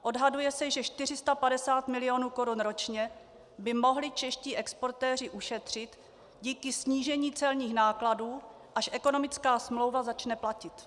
Odhaduje se, že 450 mil. korun ročně by mohli čeští exportéři ušetřit díky snížení celních nákladů, až ekonomická smlouva začne platit.